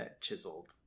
chiseled